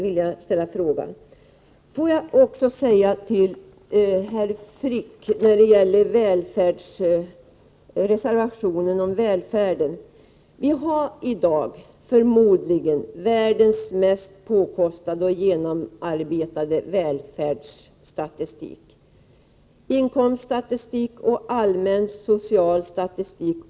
Carl Frick har talat om reservationen om välfärden. Vi har i dag förmodligen världens mest påkostade och genomarbetade välfärdsstatistik, inkomststatistik och allmänna sociala statistik.